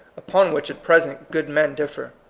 upon which at present good men differ.